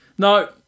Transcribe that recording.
No